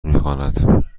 میخواند